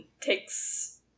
takes